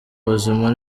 buzima